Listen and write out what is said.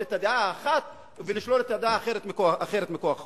אבל אי-אפשר לכפות את הדעה האחת ולשלול דעה אחרת מכוח חוק.